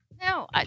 No